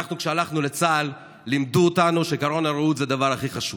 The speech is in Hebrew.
כשאנחנו הלכנו לצה"ל לימדו אותנו שעקרון הרעות הוא הדבר הכי חשוב.